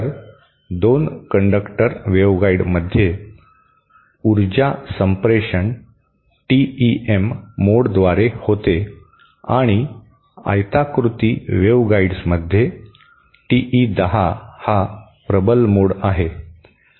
तर 2 कंडक्टर वेव्हगाइडमध्ये ऊर्जा संप्रेषण टीईएम मोडद्वारे होते आणि आयताकृती वेव्हगाइडमध्ये टीई 10 हा प्रबल मोड आहे